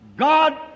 God